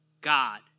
God